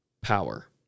power